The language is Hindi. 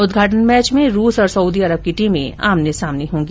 उद्घाटन मैच में रूस और सऊदी अरब की टीमें आमने सामने होंगी